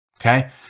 Okay